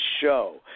show